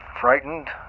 frightened